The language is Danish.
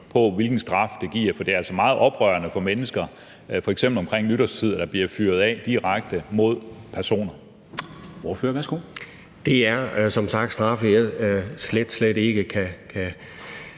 hvilken straf det giver. For det er altså meget oprørende for mennesker, f.eks. omkring nytårstid, at der bliver fyret af direkte mod personer. Kl. 10:59 Formanden (Henrik Dam